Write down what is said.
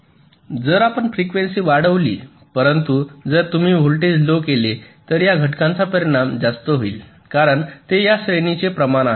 जर आपण फ्रिक्वेन्सी वाढविली परंतु जर तुम्ही व्होल्टेज लो केले तर या घटाचा परिणाम जास्त होईल कारण ते त्या श्रेणीचे प्रमाण आहे